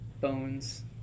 bones